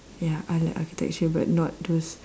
ya I like architecture but not those